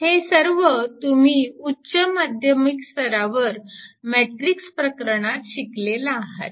हे सर्व तुम्ही उच्च माध्यमिक स्तरावर मॅट्रिक्स प्रकरणात शिकलेला आहात